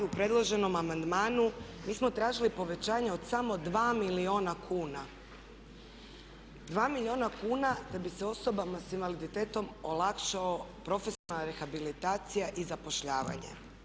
U predloženom amandmanu mi smo tražili povećanje od samo 2 milijuna kuna, 2 milijuna kuna da bi se osobama sa invaliditetom olakšao profesionalna rehabilitacija i zapošljavanje.